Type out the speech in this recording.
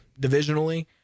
divisionally